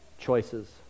choices